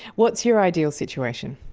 what's your ideal situation?